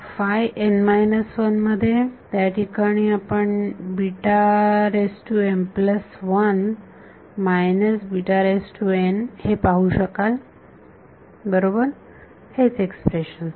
तर मध्ये त्या ठिकाणी आपण हे पाहू शकाल बरोबर हेच एक्सप्रेशन